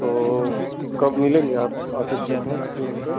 तो कब मिलेंगे आप ऑफिस से अपने जिम पर